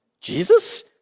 Jesus